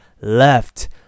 left